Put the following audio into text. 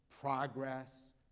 progress